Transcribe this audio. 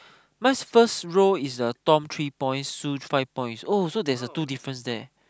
mine's first row is uh Tom three points Sue five points oh so there's a two difference there